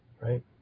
right